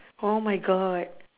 oh my god